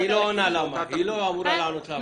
היא לא עונה למה, היא לא אמורה לענות למה.